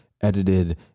edited